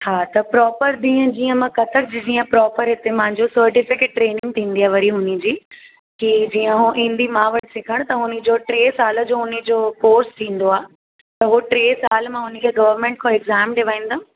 हा त प्रोपर ॾींहं जीअं मां कत्थक जो जीअं प्रोपर हिते मुंहिंजो सर्टिफ़िकेट ट्रेनिंग थींदी आहे वरी हुनजी जी जीअं हू ईंदी मां वटि सिखण त हुनजो टे साल जो हुनी जो कोर्स थींदो आहे त हो टे साल मां हुनखे गवर्मेंट खां एग्जाम ॾेआईंदमि